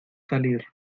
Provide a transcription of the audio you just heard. salir